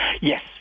Yes